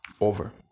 over